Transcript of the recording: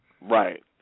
Right